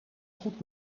goed